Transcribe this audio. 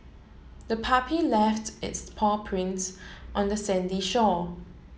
the puppy left its paw prints on the sandy shore